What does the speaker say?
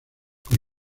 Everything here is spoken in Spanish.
con